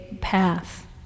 path